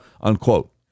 unquote